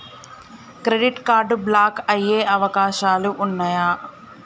Credit card block అయ్యే అవకాశాలు ఉన్నయా?